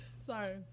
sorry